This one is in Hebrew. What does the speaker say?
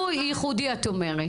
הוא ייחודי, את אומרת.